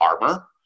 armor